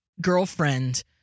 girlfriend